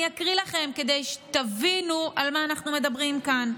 אני אקריא לכם כדי שתבינו על מה אנחנו מדברים כאן,